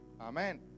Amen